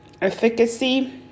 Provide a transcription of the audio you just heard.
efficacy